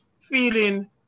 feeling